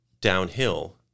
Downhill